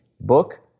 book